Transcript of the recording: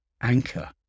anchor